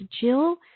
Jill